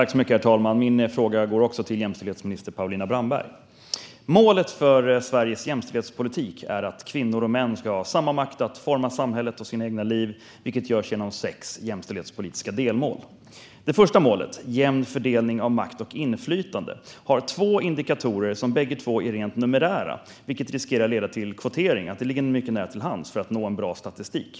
Herr talman! Min fråga går också till jämställdhetsminister Paulina Brandberg. Målet för Sveriges jämställdhetspolitik är att kvinnor och män ska ha samma makt att forma samhället och sina egna liv, vilket görs genom sex jämställdhetspolitiska delmål. Det första målet, jämn fördelning av makt och inflytande, har två indikatorer som bägge är rent numerära, vilket riskerar att leda till kvotering, som ligger nära till hands för att nå en bra statistik.